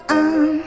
on